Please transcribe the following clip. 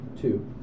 two